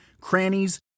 crannies